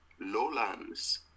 lowlands